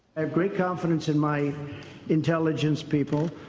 ah great confidence in my intelligence people.